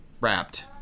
wrapped